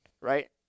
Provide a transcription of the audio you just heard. right